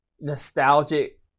nostalgic